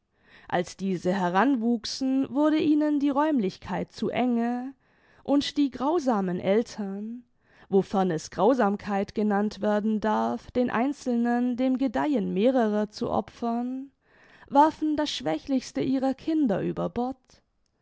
als diese heranwuchsen wurde ihnen die räumlichkeit zu enge und die grausamen eltern wofern es grausamkeit genannt werden darf den einzelnen dem gedeihen mehrerer zu opfern warfen das schwächlichste ihrer kinder über bord